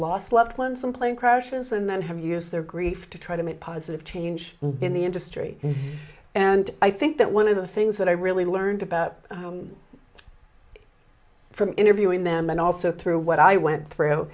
lost loved ones in plane crashes and then have used their grief to try to make positive change in the industry and i think that one of the things that i really learned about from interviewing them and also through what i went through